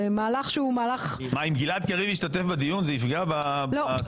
מה, אם גלעד קריב ישתתף בדיון זה יפגע בתוכן?